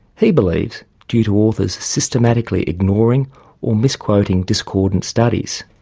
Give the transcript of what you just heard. he believes due to authors systematically ignoring or misquoting discordant studies.